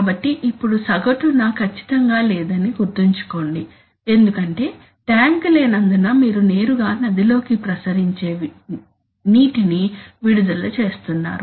కాబట్టి ఇప్పుడు సగటున ఖచ్చితంగా లేదని గుర్తుంచుకోండి ఎందుకంటే ట్యాంక్ లేనందున మీరు నేరుగా నదిలోకి ప్రసరించే నీటిని విడుదల చేస్తున్నారు